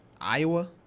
Iowa